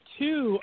two